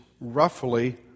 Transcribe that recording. roughly